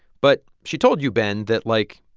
but she told you, ben, that, like,